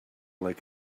like